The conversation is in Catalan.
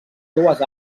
dues